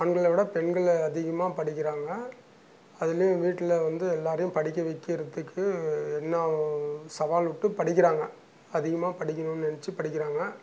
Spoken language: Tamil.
ஆண்களை விட பெண்கள் அதிகமாக படிக்கிறாங்க அதிலையும் வீட்டில் வந்து எல்லாேரையும் படிக்க வைக்கிறத்துக்கு என்ன ஆனாலும் சவால் விட்டு படிக்கிறாங்க அதிகமாக படிக்கணுன்னு நினைச்சி படிக்கிறாங்க